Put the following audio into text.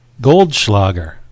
Goldschlager